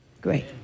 Great